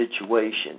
situation